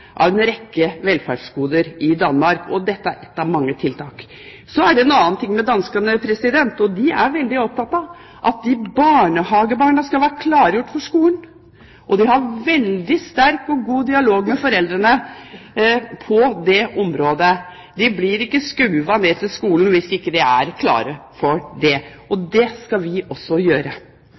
av en rekke velferdsgoder i Danmark. Dette er ett av mange tiltak. Så er det en annen ting med danskene, og det er at de er veldig opptatt av at barnehagebarna skal være klargjort for skolen. De har veldig sterk og god dialog med foreldrene på det området. De blir ikke skjøvet inn i skolen hvis ikke de er klare for det. Slik skal vi også gjøre